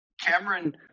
Cameron